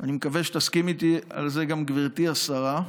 אני מקווה שתסכים איתי על זה גם גברתי השרה,